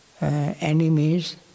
enemies